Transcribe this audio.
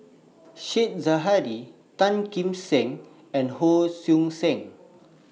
Said Zahari Tan Kim Seng and Hon Sui Sen